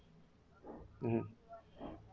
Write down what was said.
mmhmm